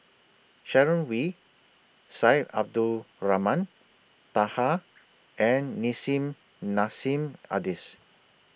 Sharon Wee Syed Abdulrahman Taha and Nissim Nassim Adis